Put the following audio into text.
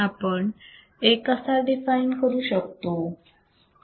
आपण A कसा define करू शकतो